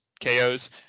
KOs